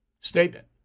statement